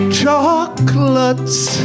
chocolates